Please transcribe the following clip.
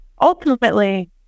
Ultimately